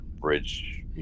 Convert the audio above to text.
bridge